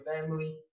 family